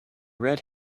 red